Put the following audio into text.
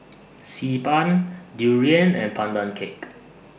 Xi Ban Durian and Pandan Cake